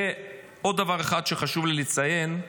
עוד דבר אחד שחשוב לי לציין.